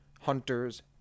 Hunters